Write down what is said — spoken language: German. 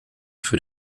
für